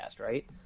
right